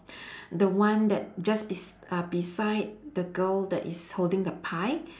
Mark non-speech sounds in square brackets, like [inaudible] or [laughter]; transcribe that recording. [breath] the one that just bes~ uh beside the girl that is holding the pie